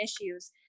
issues